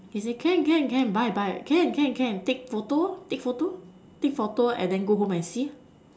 he say can can can buy buy can can can take photo take photo take photo and go home and see